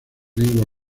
lengua